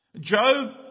Job